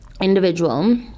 individual